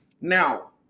Now